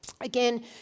Again